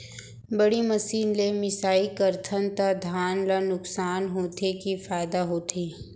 बड़ी मशीन ले मिसाई करथन त धान ल नुकसान होथे की फायदा होथे?